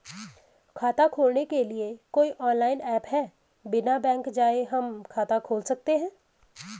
खाता खोलने के लिए कोई ऑनलाइन ऐप है बिना बैंक जाये हम खाता खोल सकते हैं?